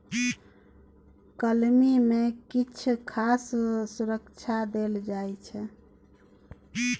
कलमी मे किछ खास सुरक्षा देल जाइ छै